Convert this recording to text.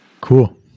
cool